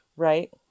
Right